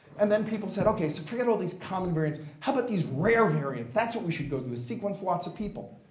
and then, people said, ok, so forget all these common variance, how about these rare variants? that's what we should go do, sequence lots of people.